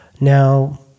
Now